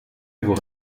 vous